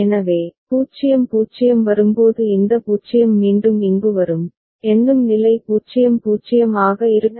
எனவே 0 0 வரும்போது இந்த 0 மீண்டும் இங்கு வரும் எண்ணும் நிலை 0 0 ஆக இருக்கும்போது இந்த 1 மீண்டும் இங்கு வரும்